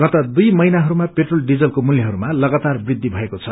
गत दुई महिनाहरूमा पेट्रोल डिजलको मूल्यहरूमा लगातार वृद्धि भएको छ